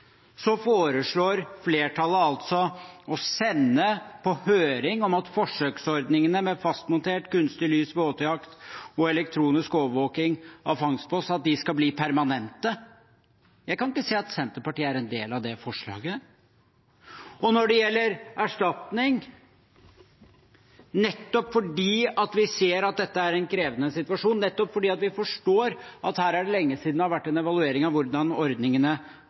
foreslår flertallet å sende på høring et forslag om at forsøksordningene med fastmontert kunstig lys på åtejakt og elektronisk overvåking av fangstbås skal bli permanente. Jeg kan ikke se at Senterpartiet er en del av det forslaget. Og når det gjelder erstatning, nettopp fordi vi ser at dette er en krevende situasjon, nettopp fordi vi forstår at det er lenge siden det har vært en evaluering av hvordan